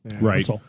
Right